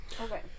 Okay